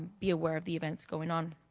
be aware of the events going on.